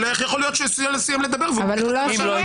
אבל איך יכול להיות שהוא לא סיים לדבר והוא מתייחס למה שאמרתי?